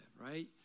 right